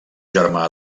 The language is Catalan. germà